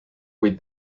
with